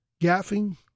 gaffing